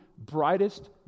brightest